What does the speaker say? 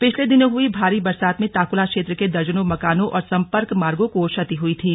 पिछले दिनों हुई भारी बरसात में तांकुल क्षेत्र के दर्जनों मकानों और सम्पर्क मार्गों को क्षति हुई थी